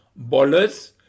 ballers